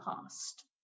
past